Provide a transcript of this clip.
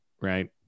Right